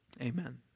amen